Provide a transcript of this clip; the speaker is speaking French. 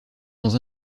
dans